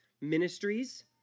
ministries